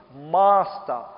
Master